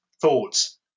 thoughts